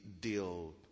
deal